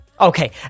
Okay